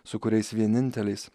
su kuriais vieninteliais